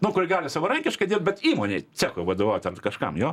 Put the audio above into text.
nu kur gali savarankiškai dirbt bet įmonėj cechui vadovaut ar kažkam jo